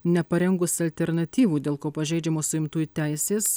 neparengus alternatyvų dėl ko pažeidžiamos suimtųjų teisės